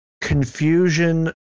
confusion